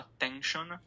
attention